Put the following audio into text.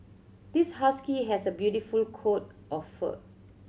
this husky has a beautiful coat of fur